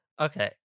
okay